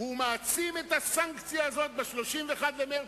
והוא מעצים את הסנקציה הזאת ב-31 במרס,